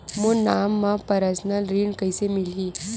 मोर नाम म परसनल ऋण कइसे मिलही?